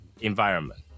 environment